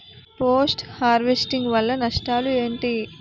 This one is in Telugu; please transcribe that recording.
పోస్ట్ హార్వెస్టింగ్ వల్ల నష్టాలు ఏంటి?